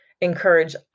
encourage